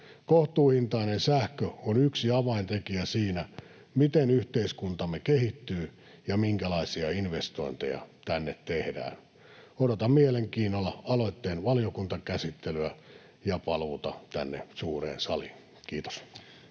Kohtuuhintainen sähkö on yksi avaintekijä siinä, miten yhteiskuntamme kehittyy ja minkälaisia investointeja tänne tehdään. Odotan mielenkiinnolla aloitteen valiokuntakäsittelyä ja paluuta tänne suureen saliin. — Kiitos.